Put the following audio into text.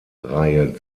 reihe